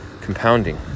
compounding